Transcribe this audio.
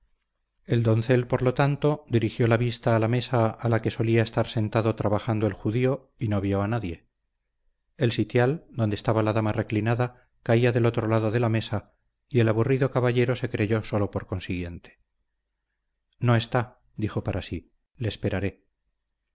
el doncel por lo tanto dirigió la vista a la mesa a la que solía estar sentado trabajando el judío y no vio a nadie el sitial donde estaba la dama reclinada caía del otro lado de la mesa y el aburrido caballero se creyó solo por consiguiente no está dijo para sí le esperaré